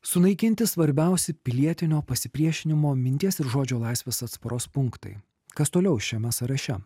sunaikinti svarbiausi pilietinio pasipriešinimo minties ir žodžio laisvės atsparos punktai kas toliau šiame sąraše